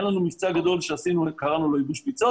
היה לנו מבצע גדול שעשינו וקראנו לו "ייבוש ביצות"